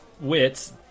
Wits